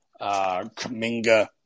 Kaminga